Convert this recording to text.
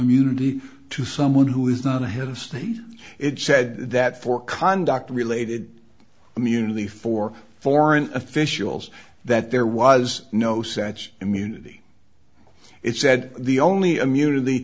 immunity to someone who is not a head of state it's said that for conduct related community for foreign officials that there was no such immunity it said the only immunity